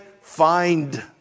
find